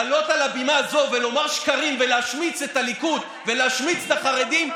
לעלות על הבימה הזאת ולומר שקרים ולהשמיץ את הליכוד ולהשמיץ את החרדים,